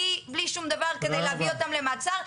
כדי להביא אותם למעצר,